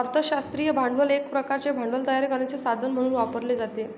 अर्थ शास्त्रातील भांडवल एक प्रकारचे भांडवल तयार करण्याचे साधन म्हणून वापरले जाते